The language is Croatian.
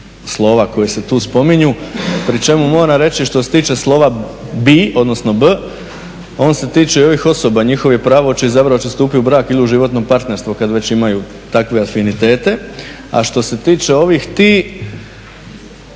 slova koja se tu spominju pri čemu moram reći što se tiče slova B on se tiče i ovih osoba. Njihovo je pravo hoće li izabrati, hoće li stupiti u brak ili u životno partnerstvo kad već imaju takve afinitete. A što se tiče ovih T